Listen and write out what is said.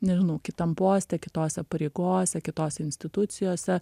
nežinau kitam poste kitose pareigose kitose institucijose